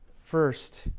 First